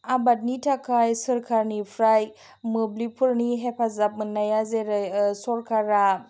आबादनि थाखाय सरकारनिफ्राय मोब्लिबफोरनि हेफाजाब मोनाया जेरै सरकारा